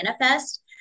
manifest